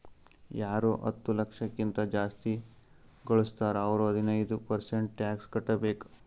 ಯಾರು ಹತ್ತ ಲಕ್ಷ ಕಿಂತಾ ಜಾಸ್ತಿ ಘಳುಸ್ತಾರ್ ಅವ್ರು ಹದಿನೈದ್ ಪರ್ಸೆಂಟ್ ಟ್ಯಾಕ್ಸ್ ಕಟ್ಟಬೇಕ್